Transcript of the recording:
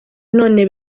none